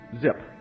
Zip